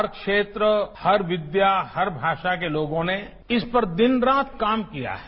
हर क्षेत्र हर विद्या हर भाषा के लोगों ने इस पर दिन रात काम किया है